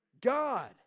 God